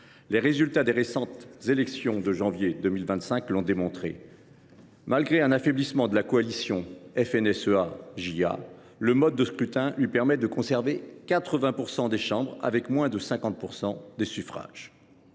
Les résultats des récentes élections de janvier 2025 l’ont démontré : malgré un affaiblissement de la coalition FNSEA JA, le mode de scrutin lui permet de conserver 80 % des chambres en ayant recueilli moins de 50 % des suffrages.